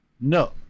No